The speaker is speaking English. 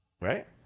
Right